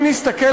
אם נסתכל,